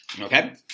Okay